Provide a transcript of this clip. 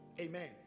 Amen